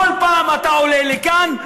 כל פעם אתה עולה לכאן,